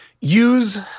use